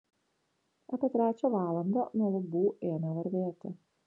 apie trečią valandą nuo lubų ėmė varvėti